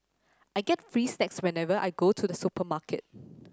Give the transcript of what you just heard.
I get free snacks whenever I go to the supermarket